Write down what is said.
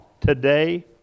today